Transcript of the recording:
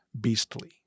beastly